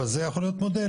אבל זה יכול להיות מודל,